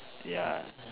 ya